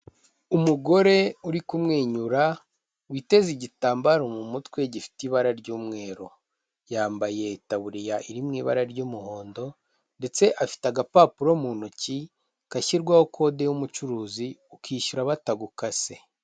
Umugore uri kumwenyura witeze igitambaro mu mutwe gifite ibara ry'umweru, yambaye itaburiya iri mu ibara ry'umuhondo ndetse afite agapapuro mu ntoki gashyirwaho code y'umucuruzi, ukishyura batagukase.